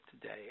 today